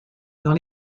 dans